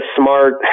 smart